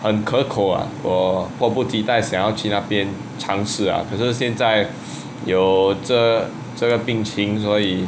很可口啊我迫不及待想要去那边尝试啊可是现在有这这个病情所以